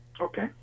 okay